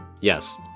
Yes